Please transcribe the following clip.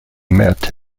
met